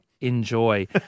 enjoy